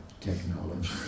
technology